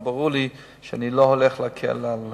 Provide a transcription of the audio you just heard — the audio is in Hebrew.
אבל ברור לי שאני לא הולך להקל על